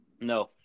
No